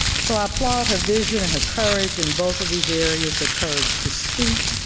so i applaud her vision and her courage in both of these areas, her courage to speak,